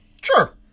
Sure